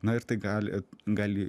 na ir tai gali gali